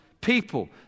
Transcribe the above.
people